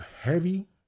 heavy